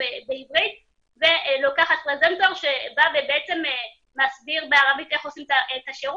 בעברית ולוקחת פרזנטור שבא ומסביר בערבית איך עושים את השירות,